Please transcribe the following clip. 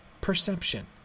perception